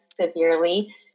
severely